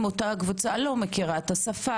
היא לא מכירה את השפה,